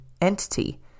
entity